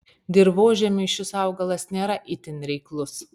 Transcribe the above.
dirvožemiui šis augalas nėra itin reiklus